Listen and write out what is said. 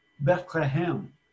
Bethlehem